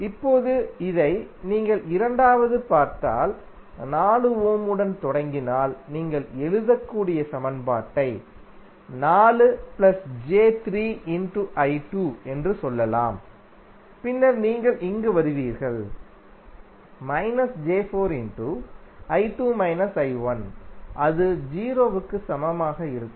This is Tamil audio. இப்போது இதை நீங்கள் இரண்டாவது பார்த்தால் 4 ஓம் உடன் தொடங்கினால் நீங்கள் எழுதக்கூடிய சமன்பாட்டை 4j3I2 என்று சொல்லலாம் பின்னர் நீங்கள் இங்கு வருவீர்கள் −j4 அது 0 க்கு சமமாக இருக்கும்